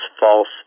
false